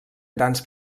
grans